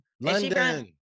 London